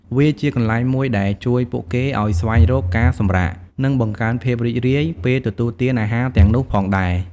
វាជាកន្លែងមួយដែលអាចជួយពួកគេឲ្យស្វែងរកការសម្រាក និងបង្កើនភាពរីករាយពេលទទួលទានអាហារទាំងនោះផងដែរ។